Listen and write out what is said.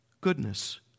goodness